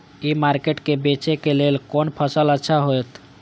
ई market में बेचेक लेल कोन फसल अच्छा होयत?